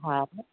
हा